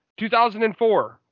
2004